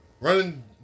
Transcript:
running